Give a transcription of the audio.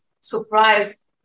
surprise